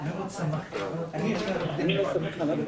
אני מחדשת את הדיון של הוועדה.